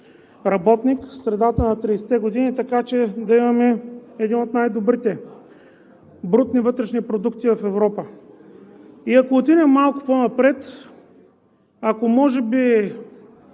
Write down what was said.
работник в средата на 30-те години, така че да имаме един от най-добрите брутни вътрешни продукти в Европа. И ако отидем малко по-напред, ако не